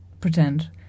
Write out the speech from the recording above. pretend